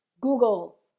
Google